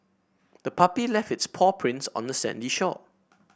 the puppy left its paw prints on the sandy shore